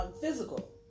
physical